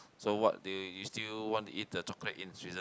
so what do you you still want to eat the chocolate in Switzerland